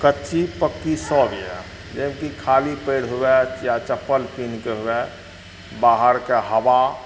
कच्ची पक्की सब यऽ जबकि खाली पैर हुअ कि आ चप्पल पिन्हके हुए बाहरके हबा